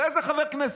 לאיזה חבר כנסת?